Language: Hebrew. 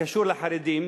הקשור לחרדים,